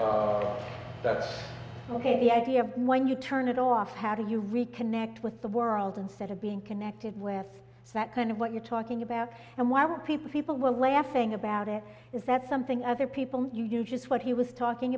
get the idea when you turn it off how do you reconnect with the world instead of being connected with that kind of what you're talking about and why would people people were laughing about it is that something other people knew just what he was talking